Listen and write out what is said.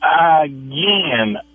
again